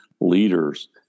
leaders